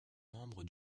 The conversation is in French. membre